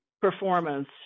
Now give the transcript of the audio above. performance